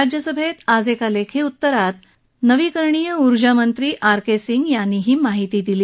राज्यसभेत आज एका लेखी उत्तरात ऊर्जा आणि नवीकरणीय ऊर्जा मंत्री आर के सिंग यांनी ही माहिती दिली